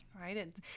right